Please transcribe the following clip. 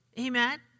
Amen